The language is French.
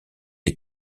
les